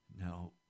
Now